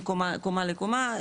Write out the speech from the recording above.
מקומה לקומה,